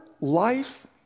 life